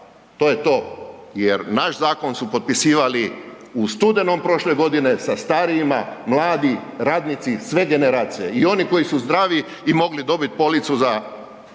To je to jer naš zakon su potpisivali u studenom prošle godine sa starijima, mladi, radnici, sve generacije i oni koji su zdravi i mogli dobit policu za